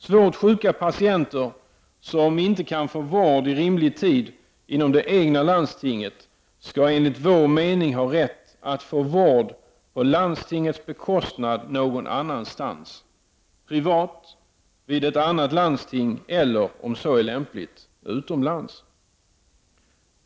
Svårt sjuka patienter, som inte kan få vård i rimlig tid inom det egna landstinget, skall enligt vår mening ha rätt att få vård på landstingets bekostnad någon annanstans; privat, vid ett annat landsting eller, om så är lämpligt, utomlands.